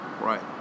Right